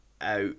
out